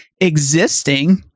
existing